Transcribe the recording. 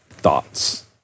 thoughts